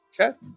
Okay